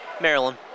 Maryland